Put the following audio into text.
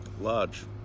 Large